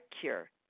Cure